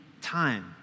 time